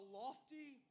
lofty